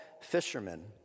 fishermen